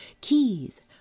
keys